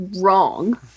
wrong